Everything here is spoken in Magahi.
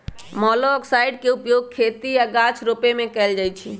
मोलॉक्साइड्स के उपयोग खेती आऽ गाछ रोपे में कएल जाइ छइ